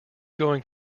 going